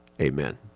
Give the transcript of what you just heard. Amen